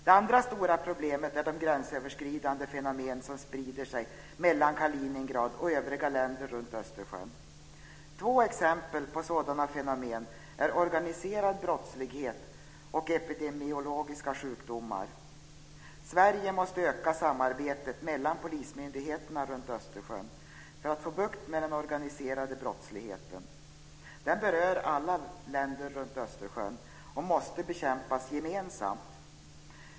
Det andra stora problemet är de gränsöverskridande fenomen som sprider sig mellan Kaliningrad och övriga länder runt Östersjön. Två exempel på sådana fenomen är organiserad brottslighet och epidemiologiska sjukdomar. Sverige måste utöka samarbetet mellan polismyndigheterna runt Östersjön för att få bukt med den organiserade brottsligheten. Den berör alla länder kring Östersjön och måste bekämpas gemensamt.